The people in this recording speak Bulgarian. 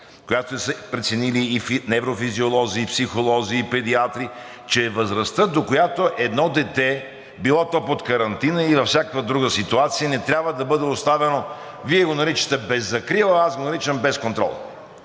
която са преценили и неврофизиолози, и психолози, и педиатри, че възрастта, до която едно дете, било то под картина и във всякаква друга ситуация, не трябва да бъде оставено – Вие го наричате „без закрила“, аз го наричам – без контрол.